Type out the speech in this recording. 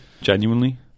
Genuinely